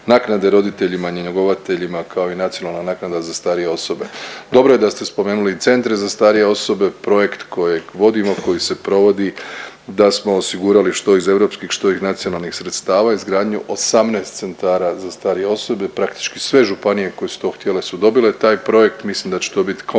naknade roditeljima njegovateljima kao i nacionalna naknada za starije osobe. Dobro je da ste spomenuli i centre za starije osobe projekt kojeg vodimo, koji se provodi da smo osigurali što iz europskih što ih nacionalnih sredstava izgradnju 18 centara za starije osobe. Praktički sve županije koje su to htjele su dobile taj projekt. Mislim da će to biti komplementarno